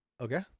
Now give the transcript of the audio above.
Okay